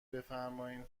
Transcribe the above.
بفرمایین